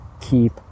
keep